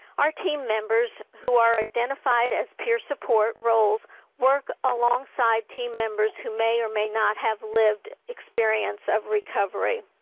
our team members who are identified as peer support roles work alongside team members who may or may not have lived experience of recovery.